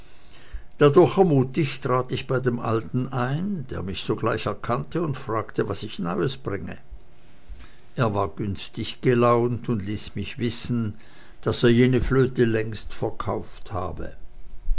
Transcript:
dadurch ermutigt trat ich bei dem alten ein der mich sogleich erkannte und fragte was ich neues bringe er war günstig gelaunt und ließ mich wissen daß er jene flöte längst verkauft habe